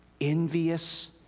envious